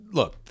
look